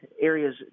areas